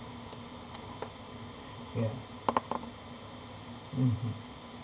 ya mmhmm